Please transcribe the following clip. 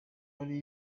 wari